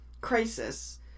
crisis